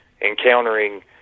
encountering